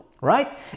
right